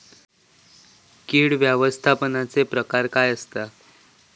कीड व्यवस्थापनाचे प्रकार काय आसत?